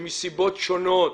שמסיבות שונות